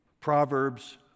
Proverbs